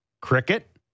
cricket